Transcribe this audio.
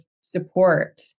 support